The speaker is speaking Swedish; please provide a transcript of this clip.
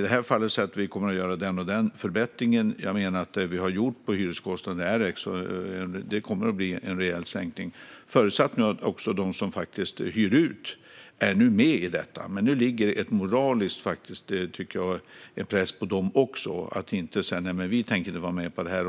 det här fallet kan jag här och nu säga att vi kommer att göra den eller den förbättringen. Jag menar att det vi har gjort vad gäller hyreskostnader kommer att innebära en rejäl sänkning, förutsatt att de som hyr ut är med på detta. Nu ligger det faktiskt en moralisk press på dem att inte säga "vi tänker inte vara med på det här".